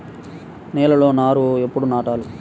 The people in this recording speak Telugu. నేలలో నారు ఎప్పుడు నాటాలి?